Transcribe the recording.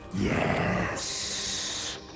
Yes